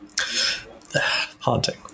haunting